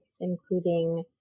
including